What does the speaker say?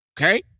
okay